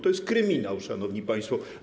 To jest kryminał, szanowni państwo.